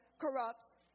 corrupts